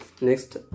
next